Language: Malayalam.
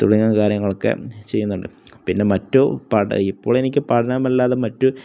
തുടങ്ങിയ കാര്യങ്ങളൊക്കെ ചെയ്യുന്നുണ്ട് പിന്നെ മറ്റു പഠ ഇപ്പോൾ എനിക്ക് പഠനമല്ലാതെ മറ്റു